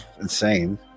insane